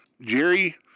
Jerry